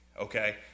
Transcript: okay